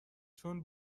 چون